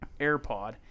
AirPod